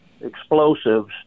explosives